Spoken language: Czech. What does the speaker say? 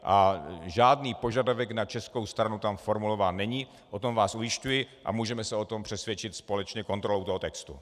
A žádný požadavek na českou stranu tam formulován není, o tom vás ujišťuji, a můžeme se o tom přesvědčit společně kontrolou toho textu.